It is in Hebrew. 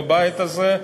בבית הזה,